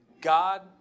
God